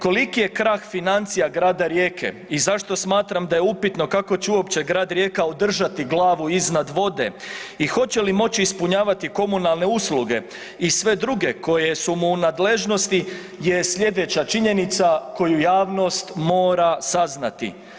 Koliki je krah financija grada Rijeke i zašto smatram da je upitno kako će uopće grad Rijeka održati glavu iznad vode i hoće li moći ispunjavati komunalne usluge i sve druge koje su mu u nadležnosti je slijedeća činjenica koju javnost mora saznati.